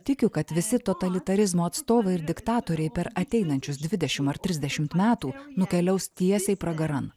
tikiu kad visi totalitarizmo atstovai ir diktatoriai per ateinančius dvidešim ar trisdešimt metų nukeliaus tiesiai pragaran